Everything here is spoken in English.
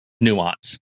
nuance